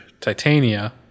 Titania